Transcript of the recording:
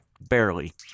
barely